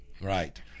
right